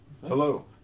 Hello